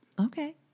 Okay